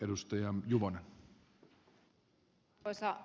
arvoisa herra puhemies